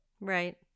right